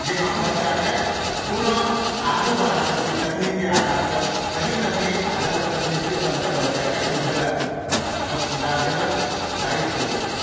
जे हम बच्चाके कोना आगू बढ़ा सकी तकनीकक आधारसँ सही तकनीक आ ग़लत तकनीकके अन्तर बच्चाके बुझेबाक गार्जियनक दायित्व होइ छै